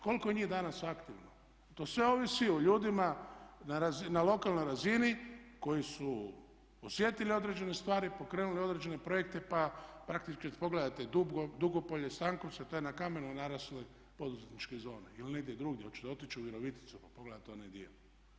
Koliko je njih danas aktivno, to sve ovisi o ljudima na lokalnoj razini koji su osjetili određene stvari, pokrenuli određene projekte pa praktički kad pogledate Dugopolje, Stankovce, to je na kamenu narasloj poduzetničkoj zoni ili negdje drugdje, hoćete otići u Viroviticu pa pogledati onaj dio.